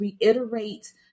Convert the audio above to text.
reiterate